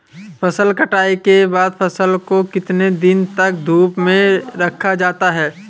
फसल कटाई के बाद फ़सल को कितने दिन तक धूप में रखा जाता है?